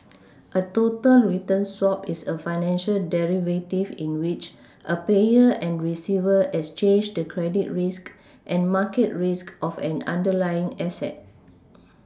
a total return swap is a financial derivative in which a payer and receiver exchange the credit risk and market risk of an underlying asset